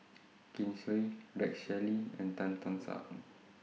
Kin Chui Rex Shelley and Tan Tock San